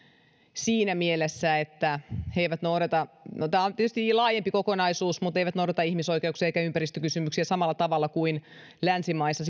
siinä mielessä että he eivät noudata no tämä on tietysti laajempi kokonaisuus ihmisoikeuksia eivätkä ympäristökysymyksiä samalla tavalla kuin länsimaissa